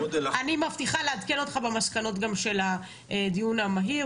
אני מבטיחה לעדכן אותך במסקנות גם של הדיון המהיר,